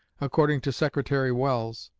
according to secretary welles,